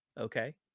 okay